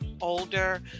older